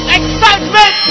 excitement